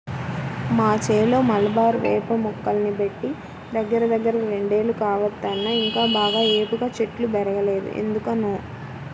మా చేలో మలబారు వేప మొక్కల్ని బెట్టి దగ్గరదగ్గర రెండేళ్లు కావత్తన్నా ఇంకా బాగా ఏపుగా చెట్లు బెరగలేదు ఎందుకనో